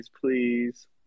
please